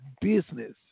business